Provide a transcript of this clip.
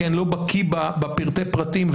כי אני לא בקי בפרטי הפרטים.